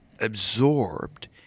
absorbed